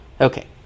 Okay